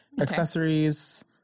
Accessories